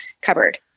cupboard